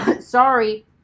Sorry